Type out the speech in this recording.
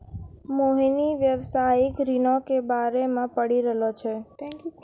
मोहिनी व्यवसायिक ऋणो के बारे मे पढ़ि रहलो छै